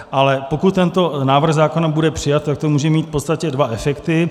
Ale pokud tento návrh zákona bude přijat, tak to může mít v podstatě dva efekty.